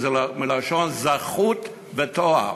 מלשון זכות וטוהר,